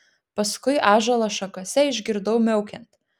paskui ąžuolo šakose išgirdau miaukiant